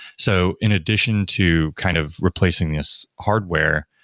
so in addition to kind of replacing this hardware,